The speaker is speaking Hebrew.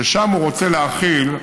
ששם הוא רוצה להחיל,